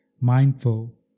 mindful